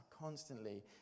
constantly